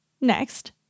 Next